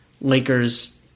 Lakers